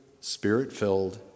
spirit-filled